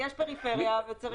יש פריפריה וצריך לשלם על זה.